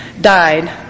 died